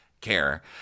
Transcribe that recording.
care